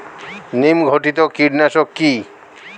নিম ঘটিত কীটনাশক কি?